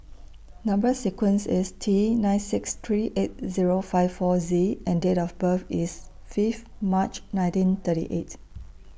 Number sequence IS T nine six three eight Zero five four Z and Date of birth IS Fifth March nineteen thirty eight